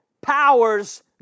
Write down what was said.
powers